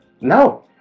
No